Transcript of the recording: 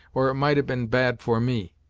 or it might have been bad for me!